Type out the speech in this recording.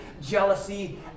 Jealousy